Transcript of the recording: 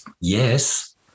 yes